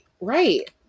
right